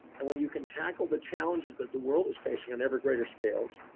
and when you can tackle the challenges that the world is facing on ever greater scales,